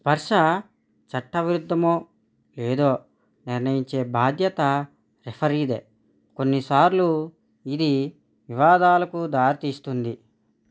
స్పర్శ చట్టవిరుద్ధమో లేదో నిర్ణయించే బాధ్యత రిఫరీదే కొన్నిసార్లు ఇది వివాదాలకు దారితీస్తుంది